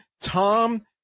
Tom